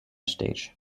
stage